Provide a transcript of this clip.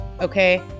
Okay